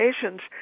patients